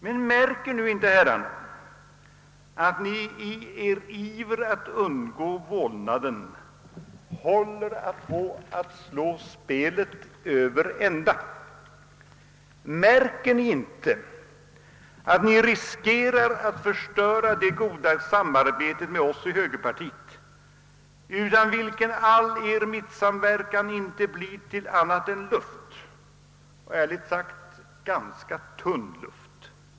Men märker ni inte att ni i ivern att undgå vålnaden håller på att slå spelet över ända? Märker ni inte att ni riskerar att förstöra det goda samarbetet med oss i högerpartiet, utan vilket all er mittensamverkan inte blir till annat än luft — och ärligt sagt ganska tunn luft?